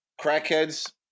crackheads